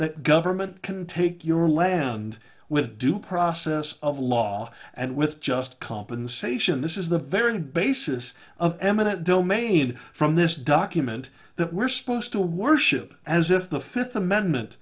that government can take your land with due process of law and with just compensation this is the very basis of eminent domain from this document that we're supposed to worship as if the fifth amendment